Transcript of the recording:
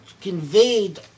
conveyed